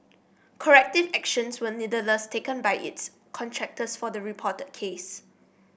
corrective actions were nevertheless taken by its contractors for the reported case